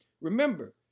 remember